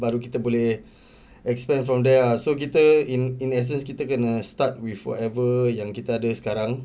baru kita boleh expand from there ah so kita in in essence kita gonna start with whatever yang kita ada sekarang